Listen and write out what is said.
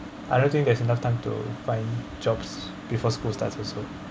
I don't think there's enough time to find jobs before school starts also